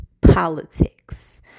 politics